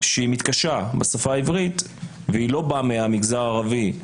שהיא מתקשה בשפה העברית והיא לא באה מהמגזר הערבי,